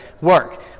work